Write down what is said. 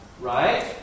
right